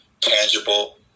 tangible